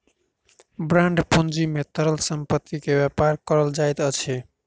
bond पूंजी में तरल संपत्ति के व्यापार कयल जाइत अछि